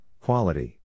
quality